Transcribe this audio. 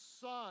son